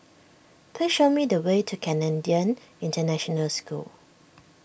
please show me the way to Canadian International School